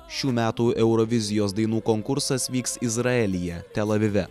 šių metų eurovizijos dainų konkursas vyks izraelyje tel avive